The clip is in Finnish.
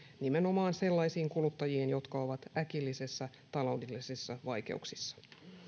nimenomaan sellaisiin kuluttajiin jotka ovat äkillisissä taloudellisissa vaikeuksissa